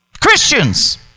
Christians